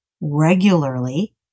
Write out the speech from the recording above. regularly